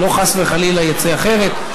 שלא חס וחלילה יצא אחרת.